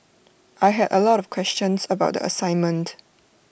I had A lot of questions about the assignment